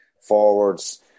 forwards